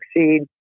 succeed